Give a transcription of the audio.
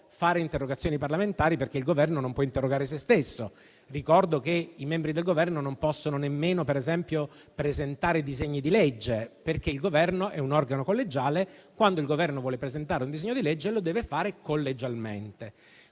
fare interrogazioni parlamentari, perché il Governo non può interrogare sé stesso. Ricordo che i membri del Governo non possono nemmeno presentare disegni di legge, perché il Governo è un organo collegiale e quando il Governo vuole presentare un disegno di legge, deve farlo collegialmente.